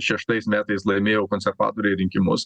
šeštais metais laimėjo konservatoriai rinkimus